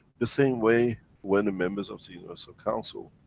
the same way, when a members of the universal council,